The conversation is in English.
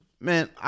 Man